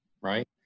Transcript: right